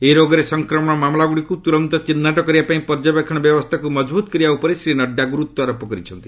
ଏହି ରୋଗରେ ସଂକ୍ରମଣ ମାମଲାଗୁଡ଼ିକୁ ତୁରନ୍ତ ଚିହ୍ନଟ କରିବାପାଇଁ ପର୍ଯ୍ୟବେକ୍ଷଣ ବ୍ୟବସ୍ଥାକୁ ମଜବୂତ୍ କରିବା ଉପରେ ଶ୍ରୀ ନଡ଼ୁ ଗୁରୁତ୍ୱ ଆରୋପ କରିଛନ୍ତି